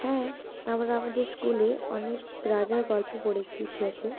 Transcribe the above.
হ্যাঁ আমরা আমাদের স্কুলে অনেক রাজার গল্প পড়েছি ইতিহাসে